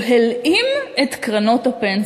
הוא הלאים את קרנות הפנסיה.